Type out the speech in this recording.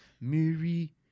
Mary